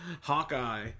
Hawkeye